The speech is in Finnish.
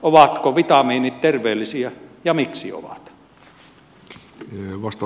ovatko vitamiinit terveellisiä ja miksi ovat